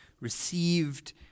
received